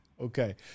okay